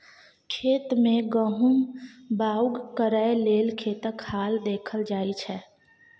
खेत मे गहुम बाउग करय लेल खेतक हाल देखल जाइ छै